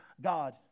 god